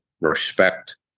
respect